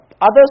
others